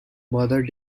mother